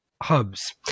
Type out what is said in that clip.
hubs